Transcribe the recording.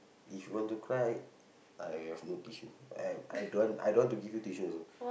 if you want to cry I have no tissue I I don't want to I don't want to give you tissue also